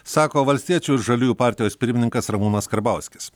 sako valstiečių ir žaliųjų partijos pirmininkas ramūnas karbauskis